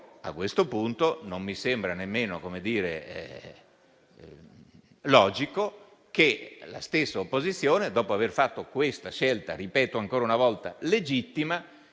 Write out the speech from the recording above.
a questo punto, però, non mi sembra nemmeno logico che la stessa opposizione, dopo aver fatto tale scelta legittima